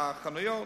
החנויות.